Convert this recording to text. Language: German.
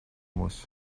muss